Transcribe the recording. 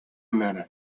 minute